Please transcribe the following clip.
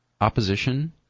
opposition